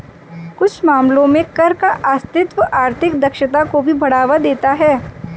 कुछ मामलों में कर का अस्तित्व आर्थिक दक्षता को भी बढ़ावा देता है